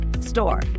store